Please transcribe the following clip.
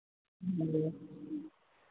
ᱦᱮᱸ